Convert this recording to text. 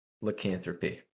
Lycanthropy